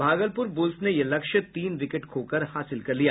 Bhagalpur Bulls ने ये लक्ष्य तीन विकेट खोकर हासिल कर लिया